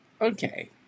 Okay